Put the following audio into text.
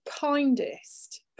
kindest